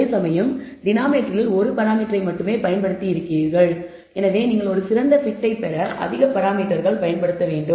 அதேசமயம் டினாமினேட்டரில் 1 பராமீட்டரை மட்டுமே பயன்படுத்தியிருக்கிறீர்கள்எனவே நீங்கள் ஒரு சிறந்த fit ஐப் பெற அதிக பராமீட்டர்களை பயன்படுத்த வேண்டும்